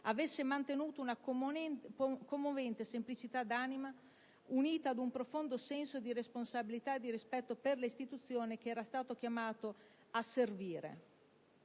avesse mantenuto una commovente semplicità d'animo unita ad un profondo senso di responsabilità e di rispetto per le Istituzioni che era stato chiamato a servire.